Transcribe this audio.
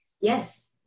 Yes